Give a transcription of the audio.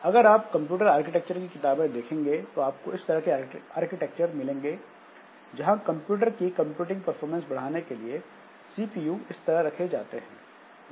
अगर आप computer architecture की किताब देखेंगे तो आपको इस तरह के आर्किटेक्चर मिलेंगे जहां कंप्यूटर की कंप्यूटिंग परफॉर्मेंस को बढ़ाने के लिए सीपीयू इस तरह रखे जाते हैं